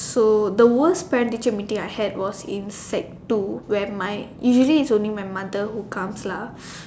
so the worst parent teacher meeting I had was in sec two when my usually is only my mother who comes lah